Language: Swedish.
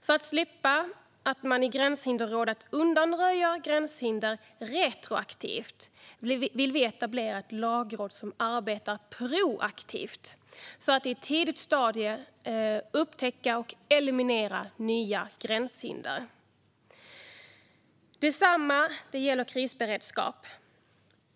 För att slippa att man i Gränshinderrådet undanröjer gränshinder retroaktivt vill vi etablera ett lagråd som arbetar proaktivt för att i ett tidigt stadium upptäcka och eliminera nya gränshinder. Detsamma gäller krisberedskap.